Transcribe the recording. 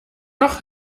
doch